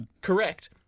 correct